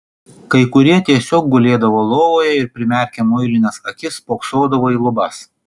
kai kurie tiesiog gulėdavo lovoje ir primerkę muilinas akis spoksodavo į lubas